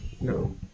No